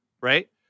right